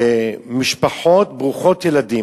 למשפחות ברוכות ילדים.